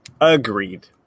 Agreed